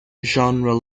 genre